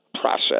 process